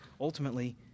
Ultimately